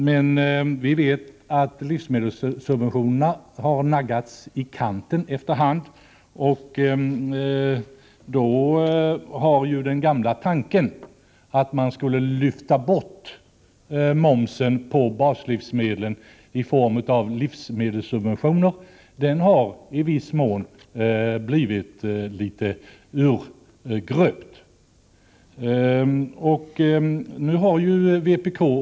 Som vi vet har emellertid livsmedelssubventionerna naggats i kanten efter hand, och då har den gamla tanken att man skulle lyfta bort momsen på baslivsmedel i form av livsmedelssubventioner i viss mån blivit litet urgröpt.